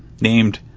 named